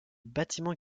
bâtiment